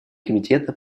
комитета